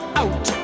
out